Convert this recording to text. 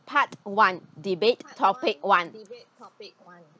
part one debate topic one